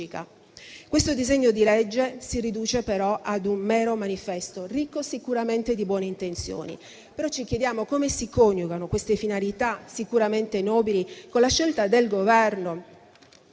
Questo disegno di legge si riduce però a un mero manifesto, ricco sicuramente di buone intenzioni. Ci chiediamo come si coniughino queste finalità, sicuramente nobili, con la scelta del Governo